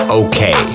okay